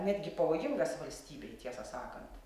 netgi pavojingas valstybei tiesą sakant